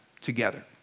together